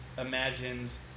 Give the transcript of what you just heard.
imagines